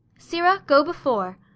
sirrah, go before.